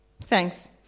Thanks